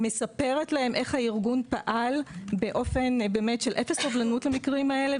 היא מספרת להם איך הארגון פעל באפס סובלנות כלפי המקרים האלה.